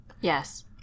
Yes